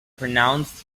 pronounced